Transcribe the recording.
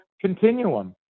continuum